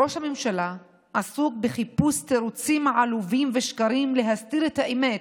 ראש הממשלה עסוק בחיפוש תירוצים עלובים ושקרים להסתיר את האמת,